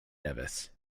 nevis